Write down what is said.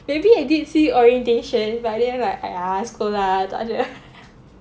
maybe I did see orientation but then like !aiya! school lah tak de